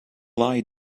lie